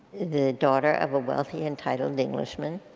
the daughter of a wealthy entitled englishman.